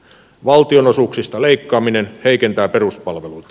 valtionosuuksista leikkaaminen heikentää peruspalveluita